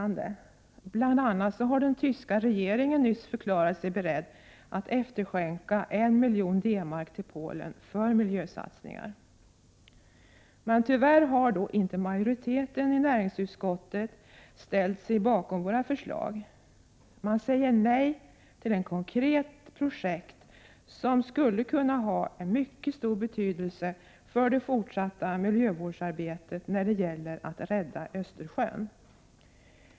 Bl.a. har den tyska regeringen förklarat sig beredd att efterskänka 1 miljon D-Mark av sin fordran på Polen i utbyte mot miljösatsningar. Tyvärr har inte majoriteten i näringsutskottet ställt sig bakom våra förslag. Den säger nej till ett konkret projekt som skulle kunna ha mycket stor betydelse för det fortsatta miljövårdsarbetet när det gäller att rädda Östersjön.